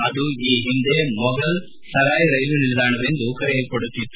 ಅದು ಈ ಹಿಂದೆ ಮೊಗಲ್ ಸರಾಯ್ ರೈಲ್ವೆ ನಿಲ್ದಾಣವೆಂದು ಕರೆಯಲ್ಪಡುತ್ತಿತ್ತು